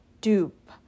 dupe